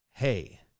Hey